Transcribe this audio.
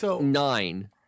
nine